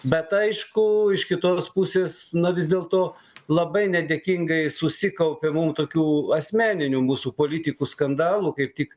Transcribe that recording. bet aišku iš kitos pusės na vis dėlto labai nedėkingai susikaupė mum tokių asmeninių mūsų politikų skandalų kaip tik